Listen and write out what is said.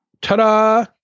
Ta-da